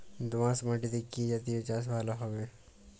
দোয়াশ মাটিতে কি জাতীয় চাষ ভালো হবে?